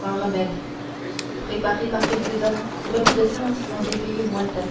un remède préparé par quelque homme repu de science en des pays lointains